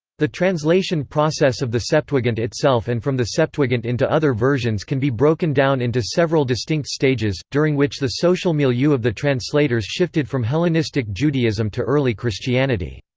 the translation process of the septuagint itself and from the septuagint into other versions can be broken down into several distinct stages, during which the social milieu of the translators shifted from hellenistic judaism to early christianity.